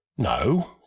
No